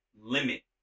limit